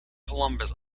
columbus